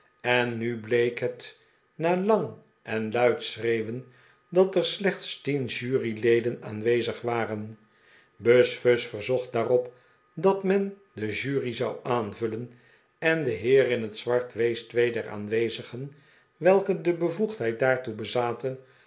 en nu bleek het na lang en luid schreeuwen dat er slechts tien juryleden aanwezig waren buzfuz verzocht daarop dat men de jury zou aanvullen en de heer in het zwart wees twee der aanwezigen welke de bevoegdheid daartoe bezaten